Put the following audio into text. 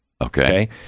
okay